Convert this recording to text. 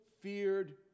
feared